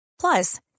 Plus